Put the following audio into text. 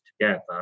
together